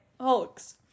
Hulk's